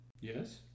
Yes